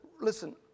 listen